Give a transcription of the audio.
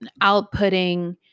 outputting